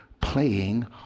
playing